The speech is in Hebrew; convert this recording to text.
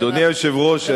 אדוני היושב-ראש,